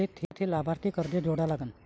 मले थे लाभार्थी कसे जोडा लागन?